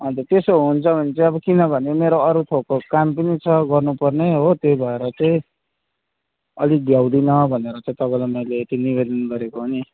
अनि त त्यसो हुन्छ भने चाहिँ अब किनभने मेरो अरू थोकको काम पनि छ गर्नु पर्ने हो त्यही भएर चाहिँ अलिक भ्याउदिनँ भनेर चाहिँ तपाईँलाई मैले यति निवेदन गरेको हो नि